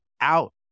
Out